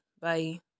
bye